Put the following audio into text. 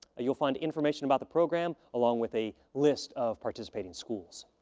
you'll find information about the program, along with a list of participating schools.